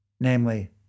namely